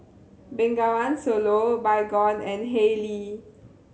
Bengawan Solo Baygon and Haylee